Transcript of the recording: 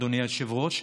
אדוני היושב-ראש,